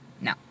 No